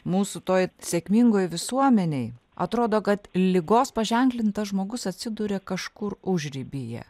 mūsų toj sėkmingoj visuomenėj atrodo kad ligos paženklintas žmogus atsiduria kažkur užribyje